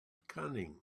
cunning